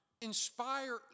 Inspire